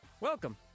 Welcome